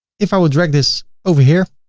if i will drag this over here,